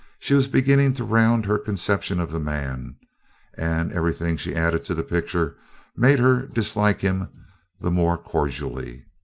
she was beginning to round her conception of the man and everything she added to the picture made her dislike him the more cordially.